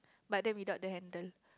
but they without the handle